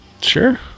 Sure